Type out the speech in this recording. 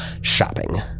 shopping